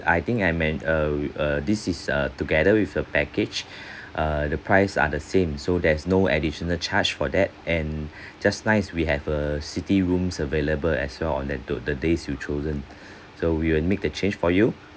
I think I may err this is a together with a package uh the price are the same so there's no additional charge for that and just nice we have a city rooms available as well on that tour the days you chosen so we will make the change for you